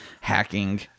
hacking